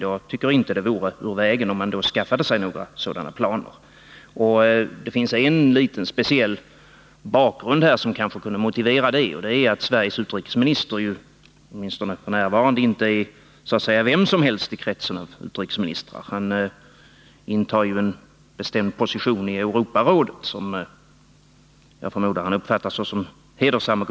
Jag tycker inte det vore ur vägen om den skaffade sig sådana planer. Det finns en speciell omständighet som kan motivera det, nämligen att Sveriges utrikesminister åtminstone f. n. inte är vem som helst i kretsen av utrikesministrar — han intar en bestämd position i Europarådet som jag förmodar att han uppfattar som hedersam.